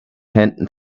händen